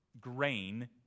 grain